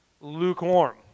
lukewarm